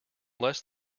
less